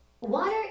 Water